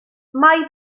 mae